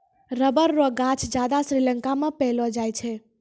rubber रो गांछ ज्यादा श्रीलंका मे पैलो जाय छै